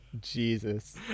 Jesus